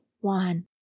one